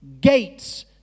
Gates